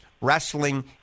wrestling